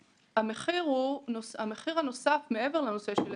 המחיר הנוסף, מעבר לנושא של הגילוי,